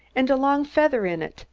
and a long feather in it,